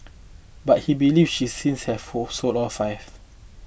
but he believes she since have fall sold all five